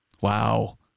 Wow